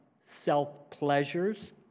self-pleasures